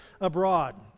abroad